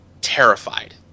terrified